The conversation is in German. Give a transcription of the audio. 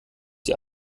die